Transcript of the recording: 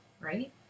right